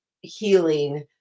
healing